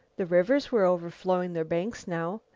the rivers were overflowing their banks now,